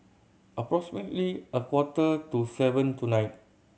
approximately a quarter to seven tonight